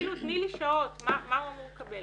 תני לי שעות, מה הוא אמור לקבל.